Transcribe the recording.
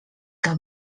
que